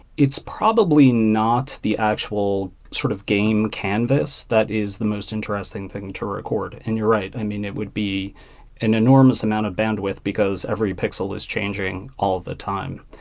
it's probably not the actual sort of game canvas that is the most interesting thing to record. and you're right. i mean, it would be an enormous amount of bandwidth, because every pixel is changing all the time.